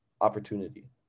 opportunity